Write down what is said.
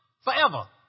forever